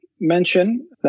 mention